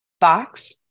box